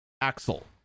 Axel